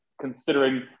considering